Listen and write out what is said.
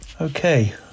Okay